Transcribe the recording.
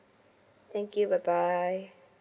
thank you bye bye